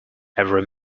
every